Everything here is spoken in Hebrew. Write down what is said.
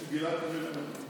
חברת הכנסת גלית דיסטל,